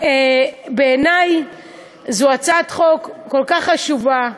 בעיני זאת הצעת חוק כל כך חשובה,